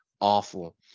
awful